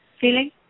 feeling